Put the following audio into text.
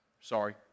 Sorry